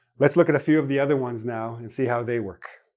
let's look at a few of the other ones now, and see how they work.